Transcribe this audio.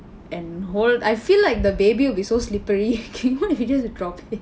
and hold I feel like the baby will be so slippery you know what if you just drop it